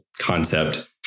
concept